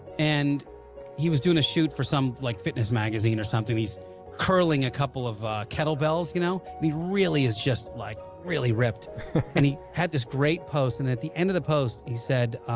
and he was doing a shoot for some like fitness magazine or something he's curling a couple of kettlebells you know he really is just like really ripped and he had this great post and at the end of the post he said